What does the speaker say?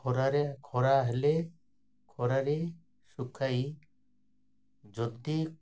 ଖରାରେ ଖରା ହେଲେ ଖରାରେ ଶୁଖାଇ ଯଦି